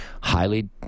highly